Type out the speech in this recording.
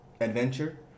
adventure